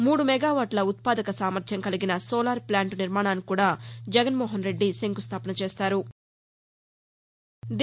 మూడు మెగావాట్ల ఉత్పాదక సామర్యం కలిగిన సోలార్ ప్లాంటు నిర్మాణానికి కూడా జగన్మోహన్ రెడ్డి శంకుస్దాపన చేస్తారు